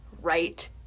right